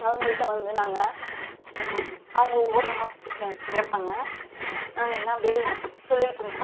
அவங்கள்கிட்ட வந்து நாங்கள் அவங்கள் கேட்பாங்க நாங்கள் எல்லாம் அப்படியே சொல்லிட்டுருந்தோம்